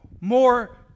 More